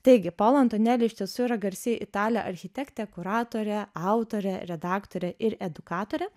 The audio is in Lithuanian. taigi pola antoneli iš tiesų yra garsi italė architektė kuratorė autorė redaktorė ir edukatorė